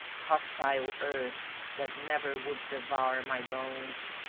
hostile earth that never would devour my bones,